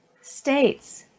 states